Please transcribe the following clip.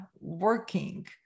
working